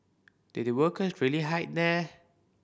did the workers really hide here